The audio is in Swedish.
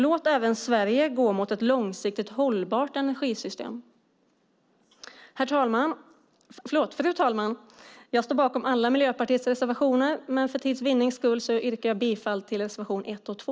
Låt även Sverige gå mot ett långsiktigt hållbart energisystem! Fru talman! Jag står bakom alla Miljöpartiets reservationer, men för tids vinnande yrkar jag bifall till reservation 1 och 2.